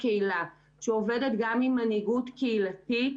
הקהילה שעובדת גם עם מנהיגות קהילתית